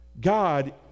God